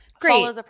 Great